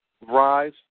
Rise